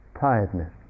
tiredness